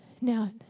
Now